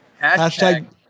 Hashtag